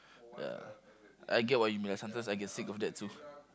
ya I get what you mean sometimes I get sick of that too